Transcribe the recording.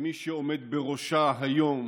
וכמי שעומד בראשה היום